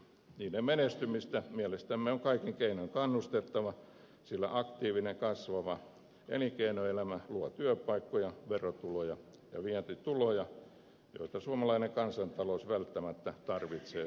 niiden menestymistä mielestämme on kaikin keinoin kannustettava sillä aktiivinen ja kasvava elinkeinoelämä luo työpaikkoja verotuloja ja vientituloja joita suomalainen kansantalous välttämättä tarvitsee selviytyäkseen